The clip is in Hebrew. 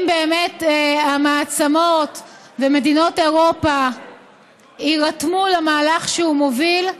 אם באמת המעצמות ומדינות אירופה יירתמו למהלך שהוא מוביל,